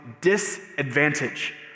disadvantage